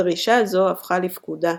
דרישה זו הפכה לפקודה,